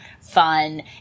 fun